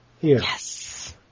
Yes